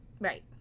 right